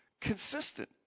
Consistent